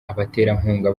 abaterankunga